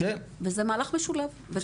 וזה מהלך משולב.